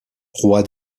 roi